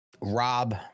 Rob